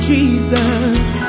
Jesus